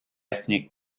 ethnic